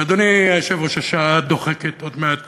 אדוני היושב-ראש, השעה דוחקת, עוד מעט